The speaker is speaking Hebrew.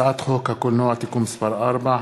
הצעת חוק הקולנוע (תיקון מס' 4),